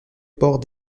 port